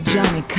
Johnny